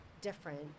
different